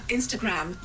Instagram